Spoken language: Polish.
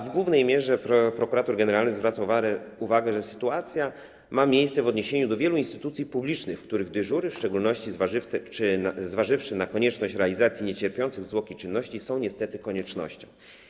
W głównej mierze prokurator generalny zwracał uwagę na to, że sytuacja ma miejsce w odniesieniu do wielu instytucji publicznych, w których dyżury, w szczególności zważywszy na konieczność realizacji niecierpiących zwłoki czynności, są niestety koniecznością.